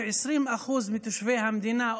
כ-20% מתושבי המדינה,